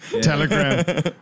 Telegram